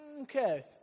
Okay